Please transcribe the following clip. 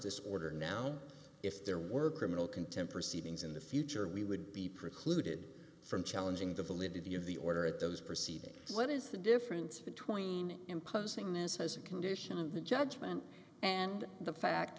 this order now if there were criminal contempt proceedings in the future we would be precluded from challenging the validity of the order at those proceedings what is the difference between imposing this as a condition of the judgment and the fact